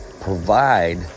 provide